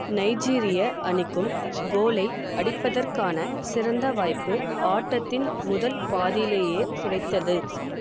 நைஜீரிய அணிக்கும் கோலை அடிப்பதற்கான சிறந்த வாய்ப்பு ஆட்டத்தின் முதல் பாதியிலேயே கிடைத்தது